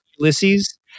Ulysses